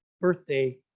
birthday